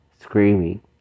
screaming